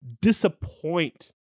disappoint